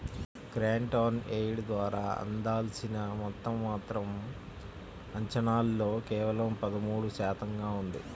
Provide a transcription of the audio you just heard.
grant on aid ద్వారా అందాల్సిన మొత్తం మాత్రం మాత్రం అంచనాల్లో కేవలం పదమూడు శాతంగా ఉంది